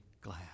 glad